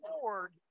board